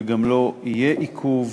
וגם לא יהיה עיכוב.